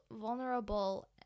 vulnerable